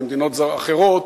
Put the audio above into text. ממדינות אחרות,